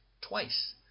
Twice